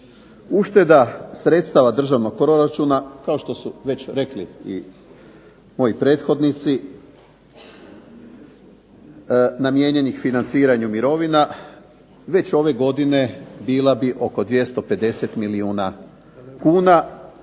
Ušteda sredstava Državnog proračuna kao što su već rekli moji prethodnici namijenjenih financiranju mirovina već ove godine bila bi oko 250 milijuna kuna,